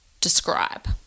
describe